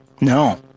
no